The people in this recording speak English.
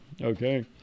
Okay